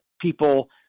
people